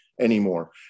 anymore